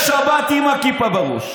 עם הכיפה בראש.